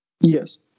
Yes